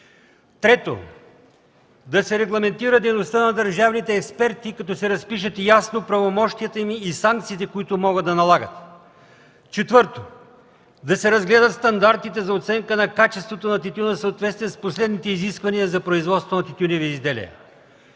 Трето, да се регламентира дейността на държавните експерти като се разпишат ясно правомощията им и санкциите, които могат да налагат. Четвърто, да се разгледат стандартите за оценка на качеството на тютюна в съответствие с последните изисквания за производството на тютюневи изделия.